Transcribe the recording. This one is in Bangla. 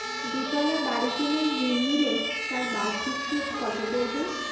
দুতলা বাড়ী কেনার ঋণ নিলে তার বার্ষিক সুদ কত পড়বে?